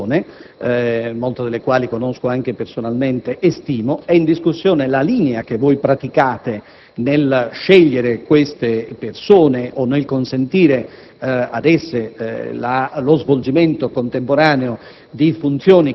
delle persone, molte delle quali conosco anche personalmente e stimo, ma la linea che voi praticate nello scegliere queste persone o nel consentire ad esse lo svolgimento contemporaneo